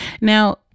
now